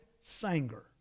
Sanger